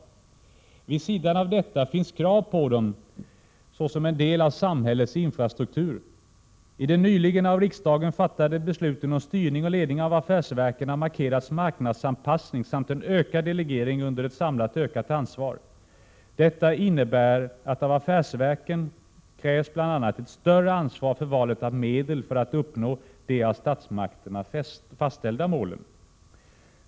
Vid sidan av detta finns krav på dem så som en del av samhällets infrastruktur. I de nyligen av riksdagen fattade besluten om styrningen och ledningen av affärsverken har marknadsanpassning markerats samt en ökad delegering under ett samlat ökat ansvar. Detta innebär att det av affärsverken krävs bl.a. ett större ansvar för valet av medel för att uppnå de av statsmakterna fastställda målen.